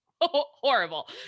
horrible